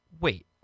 Wait